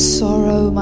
sorrow